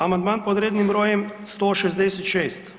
Amandman pod rednim brojem 166.